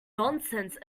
nonsense